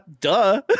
duh